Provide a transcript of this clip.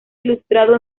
ilustrado